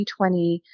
2020